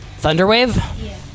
Thunderwave